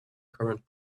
current